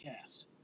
cast